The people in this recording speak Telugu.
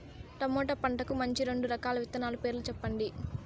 టమోటా పంటకు మంచి రెండు రకాల విత్తనాల పేర్లు సెప్పండి